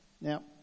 Now